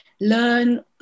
learn